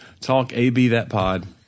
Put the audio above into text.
talkabthatpod